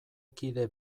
kide